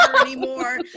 anymore